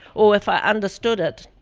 or if i understood it,